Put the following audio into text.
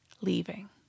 leaving